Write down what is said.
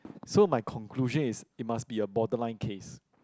so my conclusion is it must be a borderline case